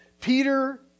Peter